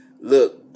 Look